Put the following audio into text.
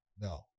No